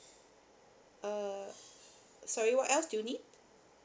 uh sorry what else do you need